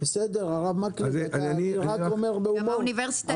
אני אומר את הדברים בהומור,